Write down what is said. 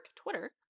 Twitter